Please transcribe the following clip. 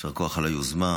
יישר כוח על היוזמה,